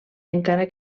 encara